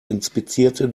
inspizierte